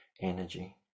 energy